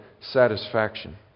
satisfaction